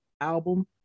album